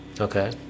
okay